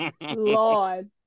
lord